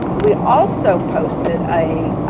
we also posted a.